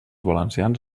valencians